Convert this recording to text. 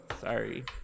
Sorry